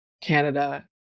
Canada